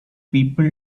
people